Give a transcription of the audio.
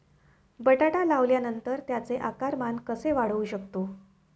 बटाटा लावल्यानंतर त्याचे आकारमान कसे वाढवू शकतो?